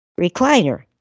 recliner